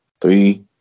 Three